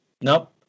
Nope